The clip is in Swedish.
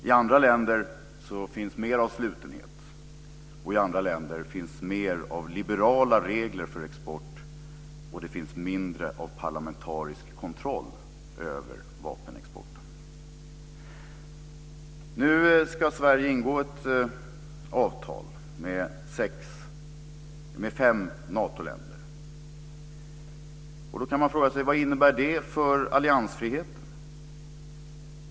I andra länder finns mer av slutenhet, och i andra länder finns mer av liberala regler för export, och det finns mindre av parlamentarisk kontroll över vapenexporten. Nu ska Sverige ingå ett avtal med fem Natoländer. Då kan man fråga sig vad det innebär för alliansfriheten.